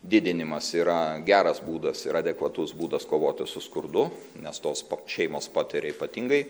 didinimas yra geras būdas yra adekvatus būdas kovoti su skurdu nes tos šeimos patiria ypatingai